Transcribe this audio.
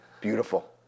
Beautiful